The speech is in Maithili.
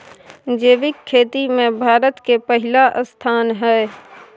जैविक खेती में भारत के पहिला स्थान हय